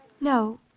no